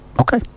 Okay